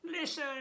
listen